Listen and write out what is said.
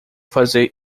fazer